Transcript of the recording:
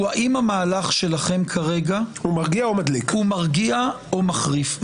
האם המהלך שלכם כרגע מרגיע או מחריף.